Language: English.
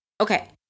Okay